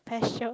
pasture